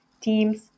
teams